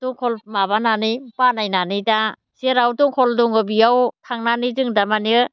दंखल माबानानै बानायनानै दा जेराव दंखल दङ बेयाव थांनानै जों दा माने